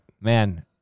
Man